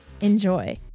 Enjoy